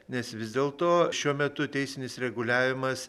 nes vis dėlto šiuo metu teisinis reguliavimas